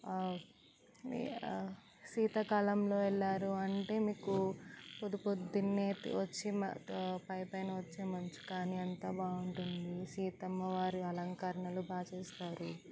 మీ శీతాకాలంలో వెళ్ళారు అంటే మీకు పొద్దుపొద్దున్నే వచ్చే ఆ పై పైన వచ్చే మంచు కాని అంతా బాగుంటుంది సీతమ్మ వారి అలంకరణలు బాగా చేస్తారు